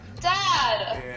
Dad